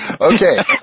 Okay